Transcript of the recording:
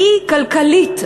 היא כלכלית,